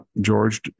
George